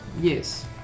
Yes